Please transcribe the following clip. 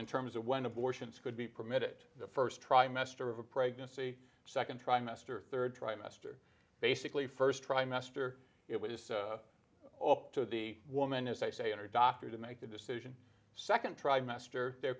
in terms of when abortions could be permitted the first trimester of a pregnancy second trimester third trimester basically first trimester it was up to the woman as i say in her doctor to make the decision second trimester there